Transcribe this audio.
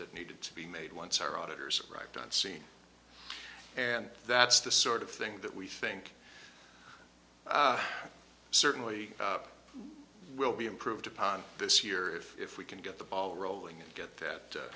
that needed to be made once our auditors arrived on scene and that's the sort of thing that we think certainly will be improved upon this year if we can get the ball rolling and get that